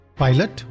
pilot